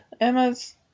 emma's